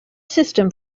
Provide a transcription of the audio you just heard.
system